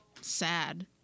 sad